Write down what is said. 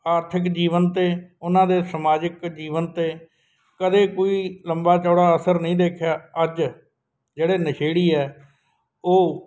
ਆਰਥਿਕ ਜੀਵਨ 'ਤੇ ਉਹਨਾਂ ਦੇ ਸਮਾਜਿਕ ਜੀਵਨ 'ਤੇ ਕਦੇ ਕੋਈ ਲੰਬਾ ਚੌੜਾ ਅਸਰ ਨਹੀਂ ਦੇਖਿਆ ਅੱਜ ਜਿਹੜੇ ਨਸ਼ੇੜੀ ਹੈ ਉਹ